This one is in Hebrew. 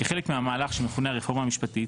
כחלק מהמהלך שמכונה הרפורמה המשפטית,